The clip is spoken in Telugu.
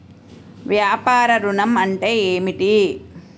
వ్యాపార ఋణం అంటే ఏమిటి?